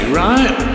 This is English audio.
right